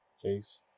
face